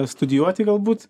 studijuoti galbūt